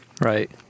right